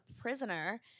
prisoner